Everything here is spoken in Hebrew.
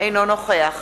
אינו נוכח